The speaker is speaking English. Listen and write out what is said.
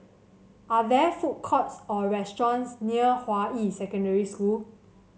are there food courts or restaurants near Hua Yi Secondary School